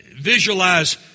Visualize